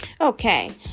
okay